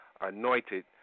Anointed